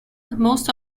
most